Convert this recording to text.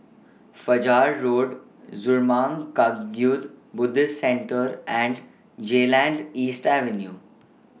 Fajar Road Zurmang Kagyud Buddhist Centre and Geylang East Avenue